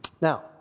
Now